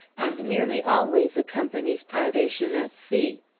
and nearly always accompanies privation at sea.